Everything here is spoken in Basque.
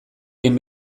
egin